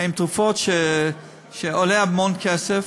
הן תרופות שעולות המון כסף.